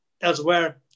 elsewhere